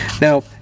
Now